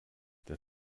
der